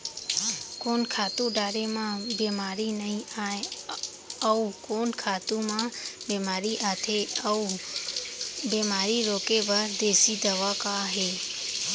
कोन खातू डारे म बेमारी नई आये, अऊ कोन खातू म बेमारी आथे अऊ बेमारी रोके बर देसी दवा का हे?